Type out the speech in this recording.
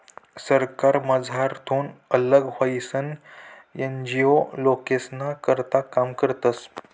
सरकारमझारथून आल्लग व्हयीसन एन.जी.ओ लोकेस्ना करता काम करतस